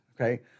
okay